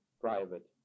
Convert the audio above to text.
private